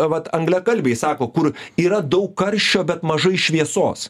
vat anglakalbiai sako kur yra daug karščio bet mažai šviesos